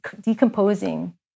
decomposing